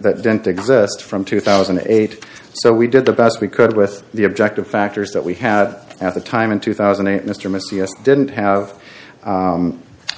that didn't exist from two thousand and eight so we did the best we could with the objective factors that we had at the time in two thousand and eight mr micio didn't have